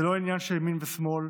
זה לא עניין של ימין ושמאל,